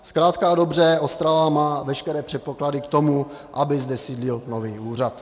Zkrátka a dobře, Ostrava má veškeré předpoklady k tomu, aby zde sídlil nový úřad.